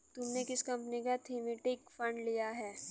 तुमने किस कंपनी का थीमेटिक फंड लिया है?